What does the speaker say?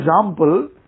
example